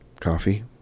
coffee